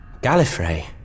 Gallifrey